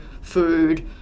food